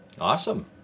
Awesome